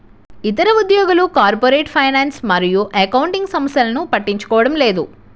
ఇతర ఉద్యోగులు corporate finance మరియు అకౌంటింగ్ సమస్యలను పట్టించుకోవడం లేదు